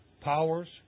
powers